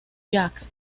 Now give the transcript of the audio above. jack